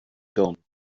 gone